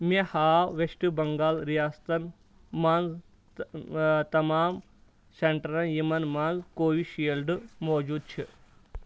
مےٚ ہاو ویٚسٹ بنٛگال ریاستن مَنٛز تمام سینٹر یِمَن منٛز کووِشیٖلڈ موٗجوٗد چھِ